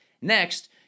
Next